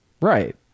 Right